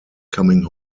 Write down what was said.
coming